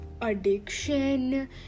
addiction